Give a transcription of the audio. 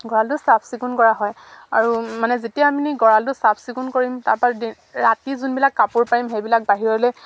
গঁৰালটো চাফ চিকুণ কৰা হয় আৰু মানে যেতিয়া আমি গঁৰালটো চাফ চিকুণ কৰিম তাৰপা ৰাতি যোনবিলাক কাপোৰ পাৰিম সেইবিলাক বাহিৰলে